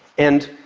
and